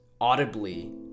audibly